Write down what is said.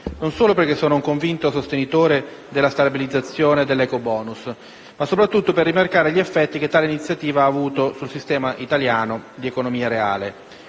non solo perché sono un convito sostenitore della stabilizzazione dell'ecobonus, ma soprattutto per rimarcare gli effetti che tale iniziativa ha avuto sul sistema italiano di economia reale.